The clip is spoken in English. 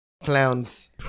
Clowns